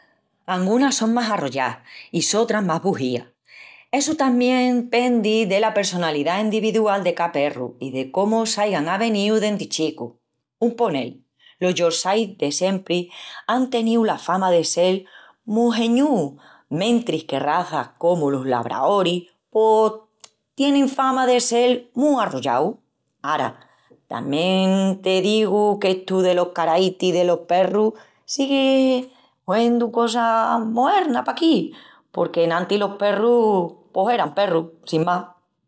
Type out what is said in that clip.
Angunas son más arrollás i sotras más buhías. Essu tamién pendi dela pressonalidá endividual de ca perru i de cómu s'aigan aveníu dendi chicus. Un ponel, los yorkshires de siempri án teníu la fama de sel mu geñúus, mentris que razas comu los labraoris pos tienin fama de sel mu arrollaus. Ara, tamién te digu qu'estu delos caraitis delos perrus sigui huendu cosa moerna paquí, porque enantis los perrus pos eran perrus, sin más.